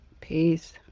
Peace